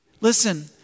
Listen